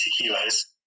kilos